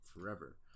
forever